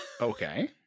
Okay